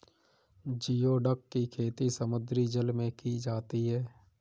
geoduck की खेती समुद्री जल में की जाती है